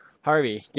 Harvey